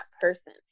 person